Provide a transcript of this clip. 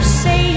say